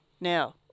Now